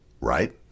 right